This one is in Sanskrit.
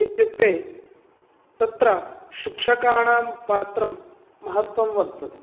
इत्युक्ते तत्र शिक्षकाणां पात्रं महत्वं वर्तते